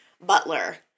Butler